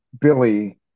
Billy